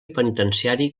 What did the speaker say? penitenciari